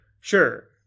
sure